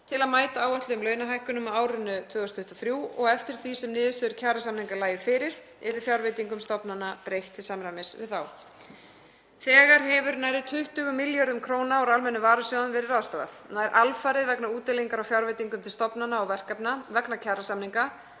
til að mæta áætluðum launahækkunum á árinu 2023 og eftir því sem niðurstöður kjarasamninga lægju fyrir yrði fjárveitingum stofnana breytt til samræmis. Þegar hefur nærri 20 milljörðum kr. úr almenna varasjóðnum verið ráðstafað, nær alfarið vegna útdeilingar á fjárveitingum til stofnana og verkefna vegna kjarasamninga